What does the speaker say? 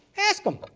ask them.